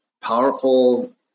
powerful